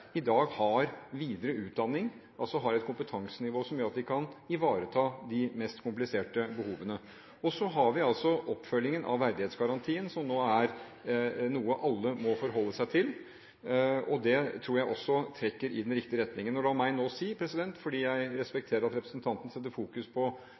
i dag, har videreutdanning og et kompetansenivå som gjør at de kan ivareta de mest kompliserte behovene. Vi har også oppfølgingen av verdighetsgarantien, som nå er noe alle må forholde seg til. Det tror jeg også trekker i den riktige retningen. La meg nå si, fordi jeg respekterer at representanten setter fokus på